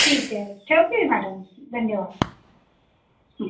ठीक आहे ठेवते मॅडम धन्यवाद